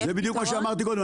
זה בדיוק מה שאמרתי קודם.